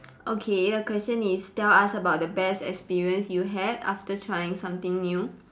okay your question is tell us about the best experience you had after trying something new